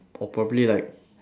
or probably like